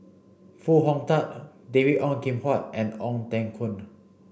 Foo Hong Tatt David Ong Kim Huat and Ong Teng Koon